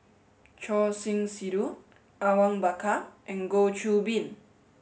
Choor Singh Sidhu Awang Bakar and Goh Qiu Bin